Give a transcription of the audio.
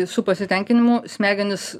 su pasitenkinimu smegenys